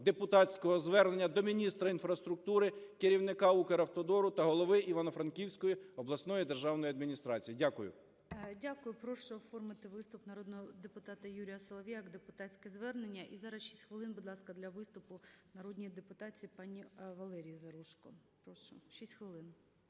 депутатського звернення до міністра інфраструктури, керівника Укравтодору та голови Івано-Франківської обласної державної адміністрації. Дякую. ГОЛОВУЮЧИЙ. Дякую. Прошу оформити виступ народного депутата Юрія Солов'я як депутатське звернення. І зараз 6 хвилин, будь ласка, для виступу народній депутатці пані Валерії Заружко. Прошу, 6 хвилин.